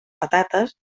patates